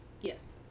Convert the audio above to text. Yes